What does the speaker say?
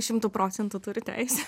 šimtu procentų turi teisę